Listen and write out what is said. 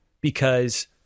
because-